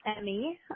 Emmy